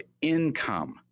income